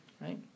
Right